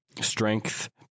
strength